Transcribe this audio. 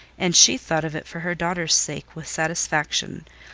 and she thought of it for her daughters' sake with satisfaction,